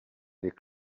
les